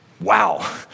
Wow